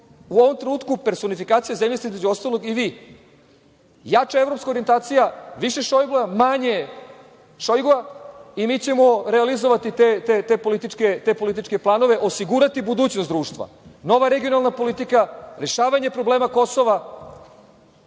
U ovom trenutku personifikacija zemlje ste između ostalog i vi. Jača evropska orijentacija, više Šojgua, manje Šojgua i mi ćemo realizovati te političke planove, osigurati budućnost društva. Nova regionalna politika. Rešavanje problema Kosova.